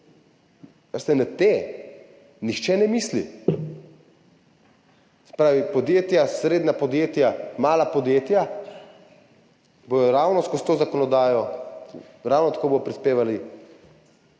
Veste, na te nihče ne misli. Se pravi ta podjetja, srednja podjetja, mala podjetja bodo ravno skozi to zakonodajo ravno tako prispevala